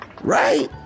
Right